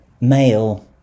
male